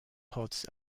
pods